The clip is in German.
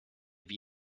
wie